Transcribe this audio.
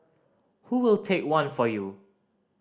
who will take one for you